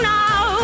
now